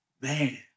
Man